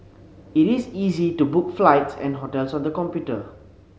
it is easy to book flights and hotels on the computer